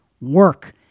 Work